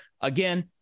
again